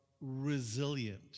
resilient